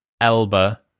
Elba